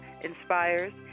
inspires